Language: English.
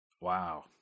Wow